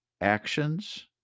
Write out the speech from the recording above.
actions